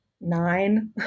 nine